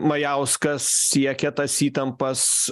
majauskas siekia tas įtampas